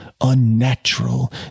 unnatural